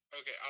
Okay